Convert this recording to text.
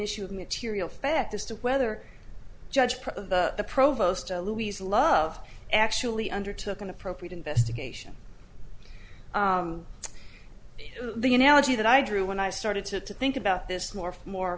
issue of material fact as to whether judged the provost louise love actually undertook an appropriate investigation the analogy that i drew when i started to think about this more for